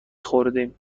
خوردیم